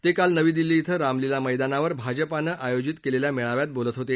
ते काल नवी दिल्ली इथं रामलीला मैदानावर भाजपानं आयोजित केलेल्या मेळाव्यात बोलत होते